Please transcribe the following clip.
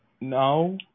No